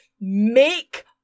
make